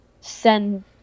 send